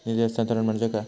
निधी हस्तांतरण म्हणजे काय?